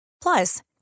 Plus